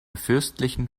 fürstlichen